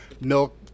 milk